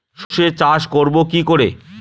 সর্ষে চাষ করব কি করে?